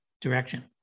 direction